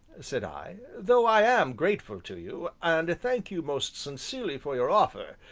said i, though i am grateful to you, and thank you most sincerely for your offer,